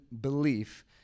belief